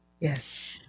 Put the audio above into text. Yes